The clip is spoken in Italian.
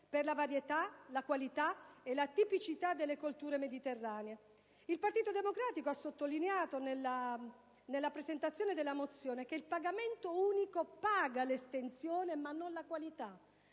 per la varietà, la qualità e la tipicità delle colture mediterranee. Il Partito Democratico ha sottolineato, nella presentazione della mozione, che il pagamento unico paga l'estensione, ma non la qualità,